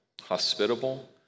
hospitable